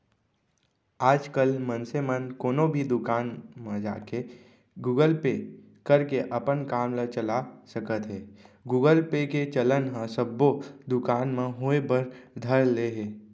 आजकल मनसे मन कोनो भी दुकान म जाके गुगल पे करके अपन काम ल चला सकत हें गुगल पे के चलन ह सब्बो दुकान म होय बर धर ले हे